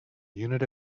unit